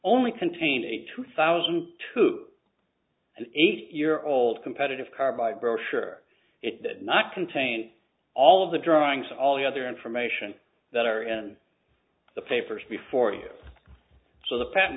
only contain a two thousand to an eight year old competitive carbide brochure it did not contain all of the drawings and all the other information that are in the papers before you so the patent